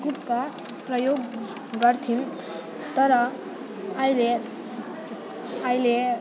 गुट्का प्रयोग गर्थ्यौँ तर अहिले अहिले